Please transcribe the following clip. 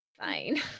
fine